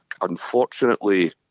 unfortunately